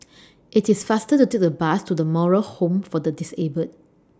IT IS faster to Take The Bus to The Moral Home For Disabled